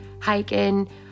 hiking